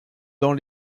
dans